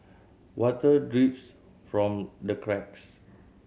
water drips from the cracks